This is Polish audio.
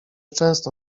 często